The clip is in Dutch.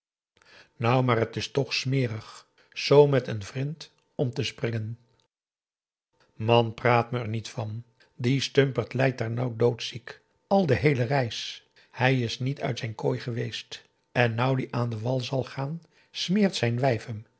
nou maar t is toch smerig z met n vrind om te springen man praat er niet van die stumpert leit daar nou doodziek al de heele reis hij is niet uit zijn kooi geweest en nou die aan den wal zal gaan smeert zijn